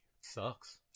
Sucks